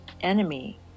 enemy